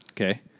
Okay